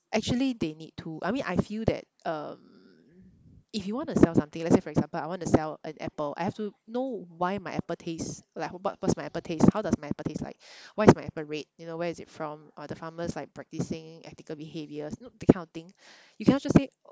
actually they need to I mean I feel that um if you want to sell something let's say for example I want to sell an apple I have to know why my apple tastes like how what what's my apple taste how does my apple taste like why is my apple red you know where is it from are the farmers like practicing ethical behaviours that kind of thing you cannot just say